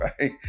right